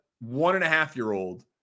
one-and-a-half-year-old